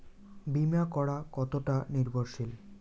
বীমা করা কতোটা নির্ভরশীল?